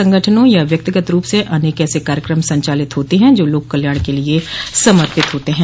संगठनों या व्यक्तिगत रूप से अनेक ऐसे कार्यक्रम संचालित होते है जो लोक कल्याण के लिए समर्पित होते हैं